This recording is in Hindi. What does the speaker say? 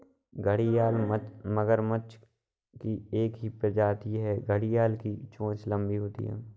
घड़ियाल मगरमच्छ की ही एक प्रजाति है घड़ियाल की चोंच लंबी होती है